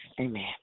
Amen